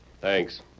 Thanks